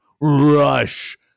Rush